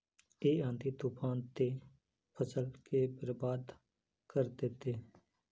इ आँधी तूफान ते फसल के बर्बाद कर देते?